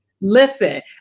Listen